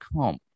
come